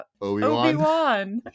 Obi-Wan